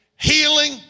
healing